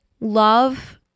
love